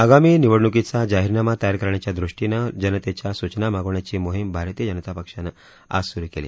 आगामी निवडणुकीचा जाहीरनामा तयार करण्याच्या दृष्टीनं जनतेच्या सूचना मागवण्याची मोहिम भारतीय जनता पक्षानं आज सुरु केली